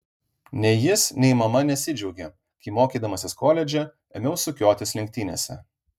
nei jis nei mama nesidžiaugė kai mokydamasis koledže ėmiau sukiotis lenktynėse